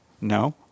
No